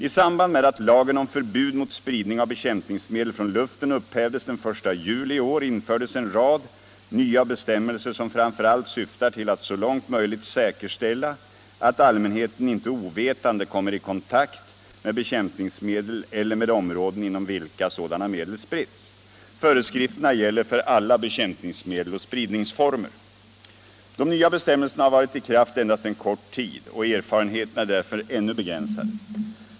I samhand med att lagen om förbud mot spridning av bekämpningsmedel från luften upphävdes den 1 juli i år infördes en rad nya bestämmelser som framför allt syftar till att så långt möjligt säkerställa att allmänheten inte ovetande kommer i kontakt med bekämpningsmedel eller med områden inom vilka sådana medel spritts. Föreskrifterna gäller för alla bekämpningsmedel och spridningsformer. De nya bestämmelserna har varit i kraft endast en kort tid och erfarenheterna är därför ännu begränsade.